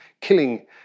killing